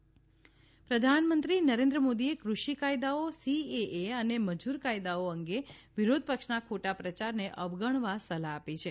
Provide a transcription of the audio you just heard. ભાજપ પ્રધાનમંત્રી નરેન્દ્ર મોદીએ ક્રષિ કાયદાઓ સીએએ અને મજૂર કાયદાઓ અંગે વિરોધપક્ષના ખોટા પ્રચારને અવગણવા સલાફ આપી છે